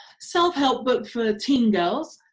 self-help book for teen girls.